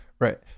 Right